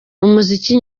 umuziki